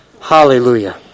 Hallelujah